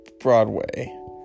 Broadway